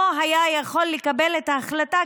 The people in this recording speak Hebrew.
והוא לא היה יכול לקבל את ההחלטה,